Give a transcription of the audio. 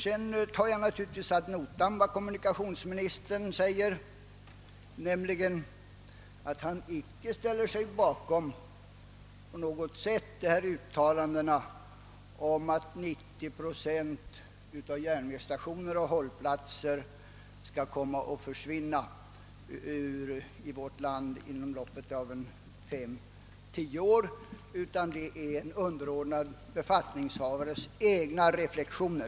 Sedan tar jag naturligtvis ad notam att kommunikationsministern säger, att han icke ställer sig bakom detta uttalande, att 90 procent av järnvägsstationerna och hållplatserna i vårt land skulle komma att försvinna under loppet av fem, tio år utan att detta är en underordnad befattningshavares egna reflexioner.